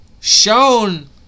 shown